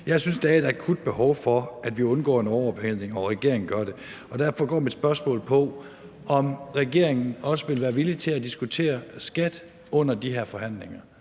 Jeg synes, der er et akut behov for, at vi undgår en overophedning, og at regeringen gør noget ved det. Derfor går mit spørgsmål på, om regeringen også vil være villig til at diskutere skat under de her forhandlinger